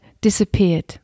disappeared